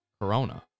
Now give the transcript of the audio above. corona